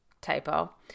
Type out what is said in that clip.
typo